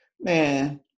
man